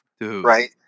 right